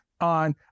on